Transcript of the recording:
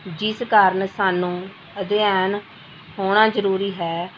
ਜਿਸ ਕਾਰਨ ਸਾਨੂੰ ਅਧਿਐਨ ਹੋਣਾ ਜ਼ਰੂਰੀ ਹੈ